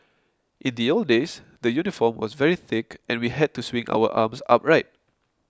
in the old days the uniform was very thick and we had to swing our arms upright